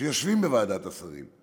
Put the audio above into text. שיושבים בוועדת השרים,